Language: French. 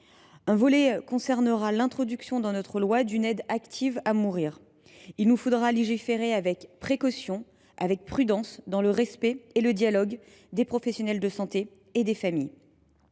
volet concernera l’introduction dans notre loi d’une aide active à mourir. Il nous faudra légiférer avec précaution et prudence, dans le dialogue et le respect des professionnels de santé et des familles.